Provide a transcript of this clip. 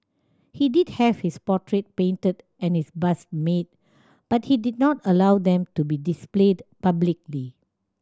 he did have his portrait painted and his bust made but he did not allow them to be displayed publicly